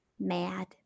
mad